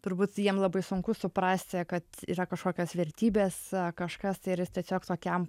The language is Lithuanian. turbūt jiem labai sunku suprasti kad yra kažkokios vertybės kažkas ir jis tiesiog tokiam